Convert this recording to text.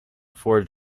for